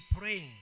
praying